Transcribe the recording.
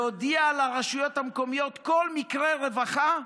להודיע לרשויות המקומיות: כל מקרה רווחה,